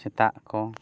ᱥᱮᱛᱟᱜ ᱠᱚ